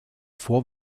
vor